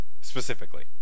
specifically